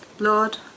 Lord